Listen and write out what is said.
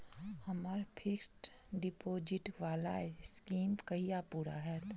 हम्मर fixed deposit वला scheme कहिया पूरा हैत?